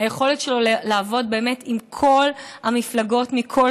היכולת שלו לעבוד באמת עם כל המפלגות מכל